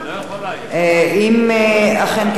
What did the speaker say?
אם אכן כך הדבר,